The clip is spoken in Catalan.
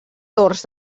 torns